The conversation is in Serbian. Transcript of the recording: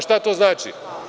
Šta to znači?